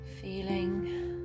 feeling